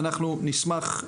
אנחנו נשמח.